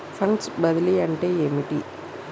Funds బదిలీ అంటే ఏమిటి?